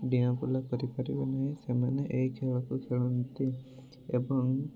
ଡିଆଁ ବୁଲା କରିପାରିବେ ନାହିଁ ସେମାନେ ଏହି ଖେଳକୁ ଖେଳନ୍ତି ଏବଂ